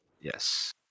Yes